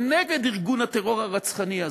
נגד ארגון הטרור הרצחני הזה,